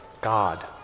God